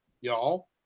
y'all